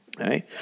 okay